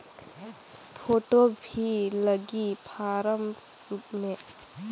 Photo भी लगी form मे?